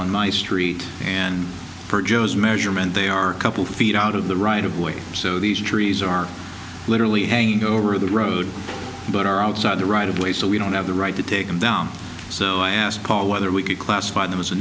on my street and for joe's measurement they are a couple feet out of the right of way so these trees are literally hanging over the road but are outside the right of way so we don't have the right to take them down so i asked paul whether we could classify them as a